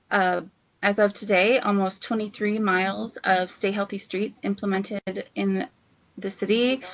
ah as of today, almost twenty three miles of stay healthy streets implemented in the city.